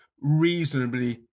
reasonably